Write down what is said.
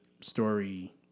story